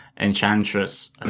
Enchantress